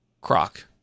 Croc